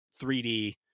3D